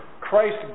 Christ